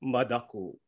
Madaku